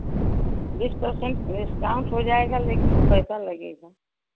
बीस percent discount हो जाएगा लेकिन पैसा लगेगा